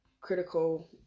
critical